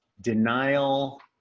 denial